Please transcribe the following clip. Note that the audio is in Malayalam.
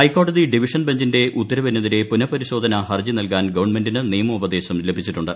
ഹൈക്ക്രോട്തി ഡിവിഷൻ ബഞ്ചിന്റെ ഉത്തരവിനെതിരെ പുനഃപരിശ്രൊധന് ഹർജി നൽകാൻ ഗവൺമെന്റിന് നിയമോപദേശം ലഭിച്ചിട്ടുണ്ട്